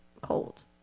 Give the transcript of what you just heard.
cold